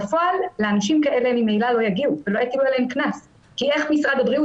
בפועל לאנשים כאלה לא יגיעו ולא יטילו עליהם קנס כי איך משרד הבריאות